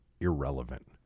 irrelevant